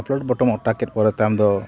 upload button ᱚᱛᱟ ᱠᱮᱫ ᱯᱚᱨᱮᱛᱮ ᱟᱢ ᱫᱚ